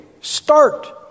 start